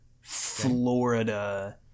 Florida